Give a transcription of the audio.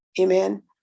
amen